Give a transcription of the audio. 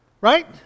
Right